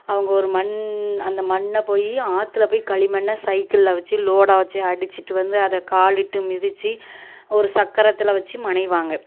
அவங்க ஒரு மண் அந்த மண்ணை போய் ஆத்தில் போய் களிமண்ணை சைக்கிள்ல வச்சு லோடாக வச்சு அடிச்சிகிட்டு வந்து அதை காலிட்டு மிதிச்சு ஒரு சக்கரத்தில் வச்சு மனையுவாங்க